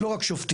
לא רק שופטים.